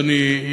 אדוני,